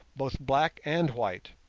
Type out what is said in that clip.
both black and white.